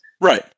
Right